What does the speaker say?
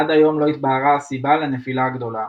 עד היום לא התבהרה הסיבה לנפילה הגדולה.